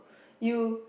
you